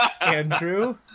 Andrew